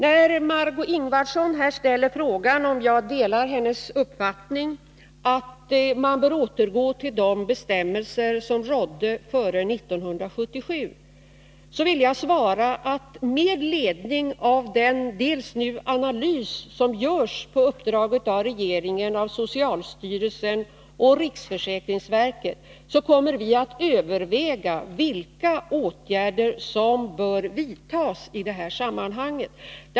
När Margö Ingvardsson ställer frågan om jag delar hennes uppfattning, att man bör återgå till de bestämmelser som rådde före 1977, vill jag svara att med ledning av bl.a. den analys som på uppdrag av regeringen nu görs av socialstyrelsen och riksförsäkringsverket kommer vi att överväga vilka åtgärder som bör vidtas i det här sammanhanget.